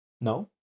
No